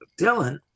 Dylan